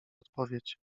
odpowiedź